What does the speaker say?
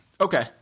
okay